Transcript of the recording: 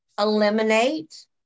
eliminate